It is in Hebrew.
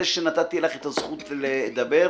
זה שנתתי לך את הזכות לדבר,